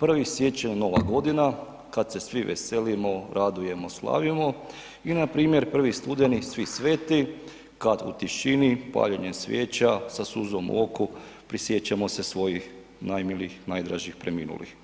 1. siječanj Nova godina kad se svi veselimo, radujemo, slavimo i npr. 1. studeni Svi sveti kad u tišini, paljenjem svijeća, sa suzom u oku prisjećamo se svojih najmilijih, najdražih preminulih.